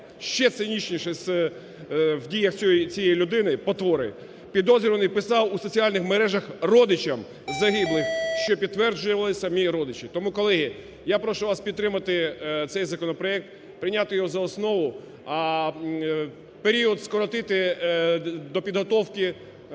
ще цинічнішим в діях цієї людини-потвори, підозрюваний писав у соціальних мережах родичам загиблих, що підтверджували самі родичі. Тому, колеги, я прошу вас підтримати цей законопроект, прийняти його за основу, а період скоротити до підготовки